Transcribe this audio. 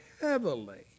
heavily